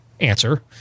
answer